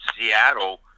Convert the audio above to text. Seattle –